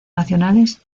nacionales